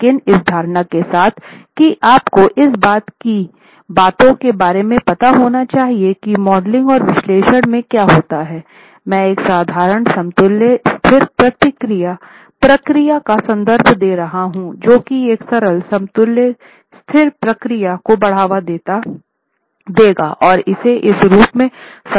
लेकिन इस धारणा के साथ कि आपको इस तरह की बातों के बारे में पता होना चाहिए की मॉडलिंग और विश्लेषण में क्या होता हैं मैं एक साधारण समतुल्य स्थिर प्रक्रिया का संदर्भ दे रहा हूं जो कि एक सरल समतुल्य स्थिर प्रक्रिया को बढ़ावा देगा और इसे इस रूप में संदर्भित किया जाता है